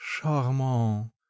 charmant